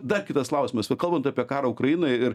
da kitas klausimas kalbant apie karą ukrainoj ir